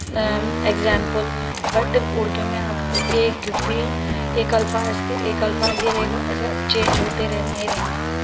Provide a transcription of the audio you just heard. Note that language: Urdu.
ایگزامپل بٹ اردو میں آپ کو ایک بھی ایک الفاظ کے ایک الفاظ یہ رہے گا اور سب چینج ہوتے رہے نہیں رہیں گے